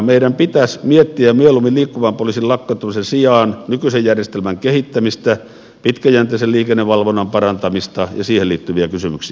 meidän pitäisi mieluummin miettiä liikkuvan poliisin lakkauttamisen sijaan nykyisen järjestelmän kehittämistä pitkäjänteisen liikennevalvonnan parantamista ja siihen liittyviä kysymyksiä